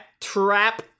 trap